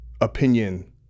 opinion